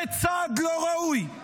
זה צעד לא ראוי.